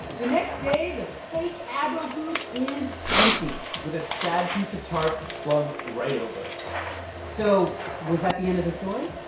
the next day, the fake abro booth is empty with a sad piece of tarp flung right over it so was that the end of the story?